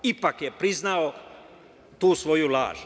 Ipak je priznao tu svoju laž.